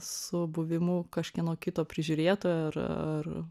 su buvimu kažkieno kito prižiūrėtoju ar ar